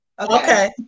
Okay